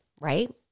right